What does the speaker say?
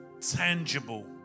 tangible